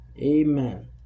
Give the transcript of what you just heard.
Amen